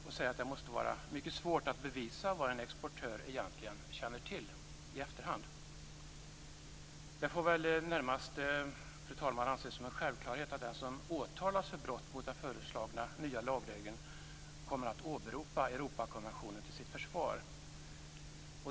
Man säger att det måste vara mycket svårt att i efterhand bevisa vad en exportör egentligen känner till. Det får väl närmast, fru talman, anses som en självklarhet att den som åtalas för brott mot den föreslagna nya lagregeln kommer att åberopa Europakonventionen till sitt försvar.